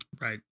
Right